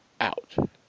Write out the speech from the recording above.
out